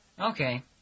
Okay